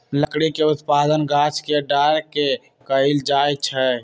लकड़ी के उत्पादन गाछ के डार के कएल जाइ छइ